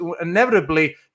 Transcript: inevitably